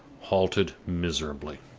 halted miserably.